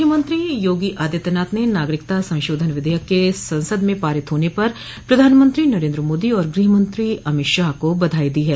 मुख्यमंत्री योगी आदित्यनाथ ने नागरिकता संशोधन विधेयक के संसद में पारित होने पर प्रधानमंत्री नरेन्द्र मोदी और गृहमंत्री अमित शाह को बधाई दी है